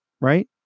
Right